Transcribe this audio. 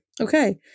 okay